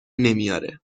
نمیاره